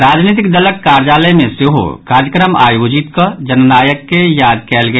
राजनीतिक दलक कार्यालय मे सेहो कार्यक्रम आयोजित कऽ जननायक के याद कयल गेल